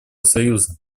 союза